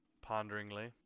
ponderingly